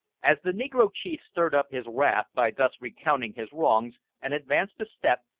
as the negro chief stirred up his wrath by thus recounting his wrongs, and advanced a step,